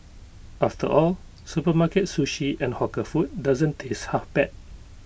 after all supermarket sushi and hawker food doesn't taste half bad